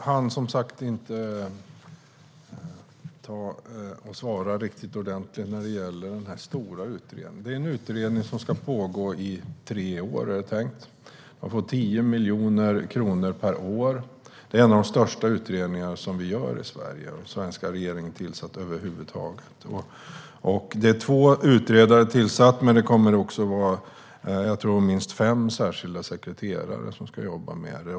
Herr talman! Jag hann inte riktigt svara vad gäller den stora utredningen. Det är tänkt att utredningen ska pågå i tre år. Den får 10 miljoner kronor per år. Det är en av de största utredningar vi gör i Sverige och som den svenska regeringen har tillsatt över huvud taget. Två utredare har tillsatts, och minst fem särskilda sekreterare kommer också att jobba med den.